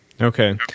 Okay